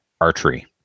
archery